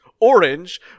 orange